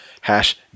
Hash